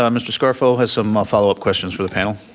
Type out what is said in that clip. ah mr. scarfo has some ah followup questions for the panel.